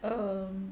um